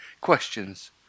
Questions